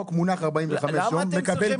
חוק מונח 45 יום -- למה אתם צריכים